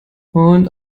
und